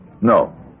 No